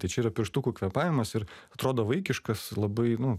tai čia yra pirštukų kvėpavimas ir atrodo vaikiškas labai nu